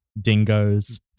Dingoes